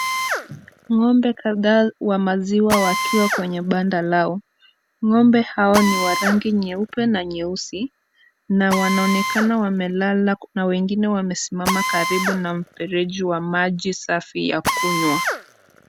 Ng'ombe kadhaa wa maziwa wakiwa kwenye banda lao ,ng'ombe hao ni wa rangi nyeupe na nyeusi , na wanaonekana wamelala na kuna wengine wamesimama karibu na mfereji wa maji safi ya kunywa.